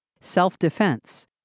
self-defense